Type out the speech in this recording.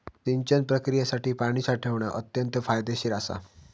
सिंचन प्रक्रियेसाठी पाणी साठवण अत्यंत फायदेशीर असा